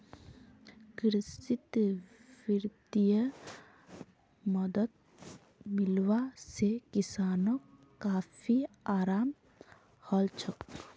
कृषित वित्तीय मदद मिलवा से किसानोंक काफी अराम हलछोक